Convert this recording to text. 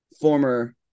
former